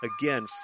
again